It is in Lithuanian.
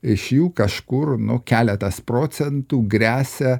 iš jų kažkur nu keletas procentų gresia